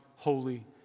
Holy